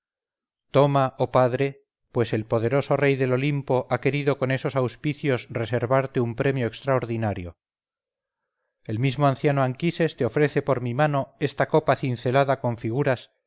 toma oh padre pues el poderoso rey del olimpo ha querido con esos auspicios reservarte un premio extraordinario el mismo anciano anquises te ofrece por mi mano esta copa cincelada con figuras